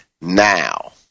now